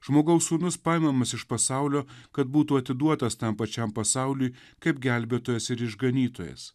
žmogaus sūnus paimamas iš pasaulio kad būtų atiduotas tam pačiam pasauliui kaip gelbėtojas ir išganytojas